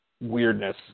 weirdness